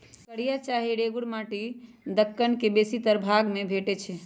कारिया चाहे रेगुर माटि दक्कन के बेशीतर भाग में भेटै छै